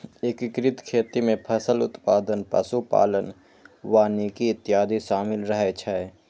एकीकृत खेती मे फसल उत्पादन, पशु पालन, वानिकी इत्यादि शामिल रहै छै